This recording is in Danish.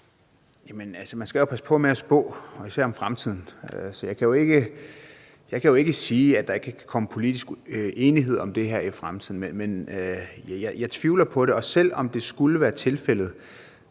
man skal jo passe på med at spå – og især om fremtiden. Jeg kan jo ikke sige, at der ikke kan komme politisk enighed om det her i fremtiden, men jeg tvivler på det. Og selv om det skulle være tilfældet,